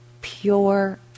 Pure